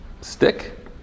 stick